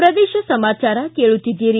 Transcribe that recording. ಪ್ರದೇಶ ಸಮಾಚಾರ ಕೇಳುತ್ತೀದ್ದಿರಿ